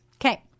Okay